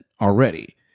already